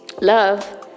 love